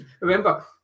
remember